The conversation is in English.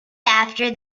after